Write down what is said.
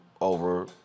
over